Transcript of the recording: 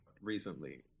recently